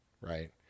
Right